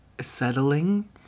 settling